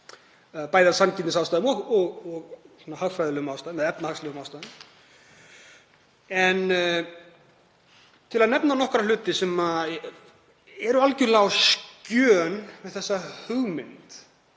bæði af sanngirnisástæðum og efnahagslegum ástæðum. En til að nefna nokkra hluti sem eru algjörlega á skjön við þessa hugmynd